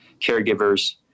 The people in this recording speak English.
caregivers